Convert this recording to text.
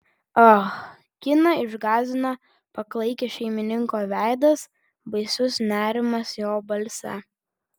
ah kiną išgąsdino paklaikęs šeimininko veidas baisus nerimas jo balse